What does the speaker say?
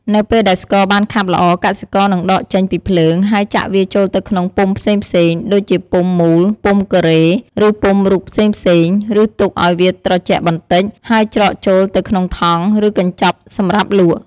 នៅពេលដែលស្ករបានខាប់ល្អ កសិករនឹងដកចេញពីភ្លើង ហើយចាក់វាចូលទៅក្នុងពុម្ពផ្សេងៗ ដូចជាពុម្ពមូល ពុម្ពការ៉េ ឬពុម្ពរូបផ្សេងៗ ឬទុកឱ្យវាត្រជាក់បន្តិច ហើយច្រកចូលទៅក្នុងថង់ ឬកញ្ចប់សម្រាប់លក់។